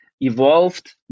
evolved